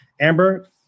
Amber